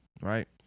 right